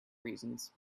reasons